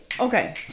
Okay